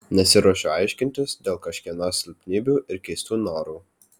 nesiruošiu aiškintis dėl kažkieno silpnybių ir keistų norų